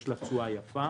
יש לה תשואה יפה,